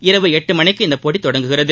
இரவு எட்டு மணிக்கு இந்த போட்டி தொடங்குகிறது